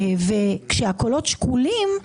כאשר הקולות שקולים,